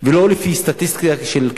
ולא לפי מספר ההרוגים.